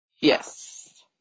Yes